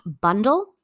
bundle